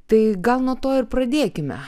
tai gal nuo to ir pradėkime